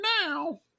now